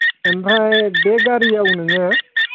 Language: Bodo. ओमफ्राय बे गारियाव नोङो